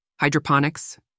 Hydroponics